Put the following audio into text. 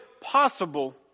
possible